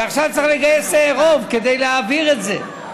ועכשיו צריך לגייס רוב כדי להעביר את זה.